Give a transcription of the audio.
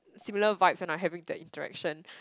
similar vibes when I'm having the interaction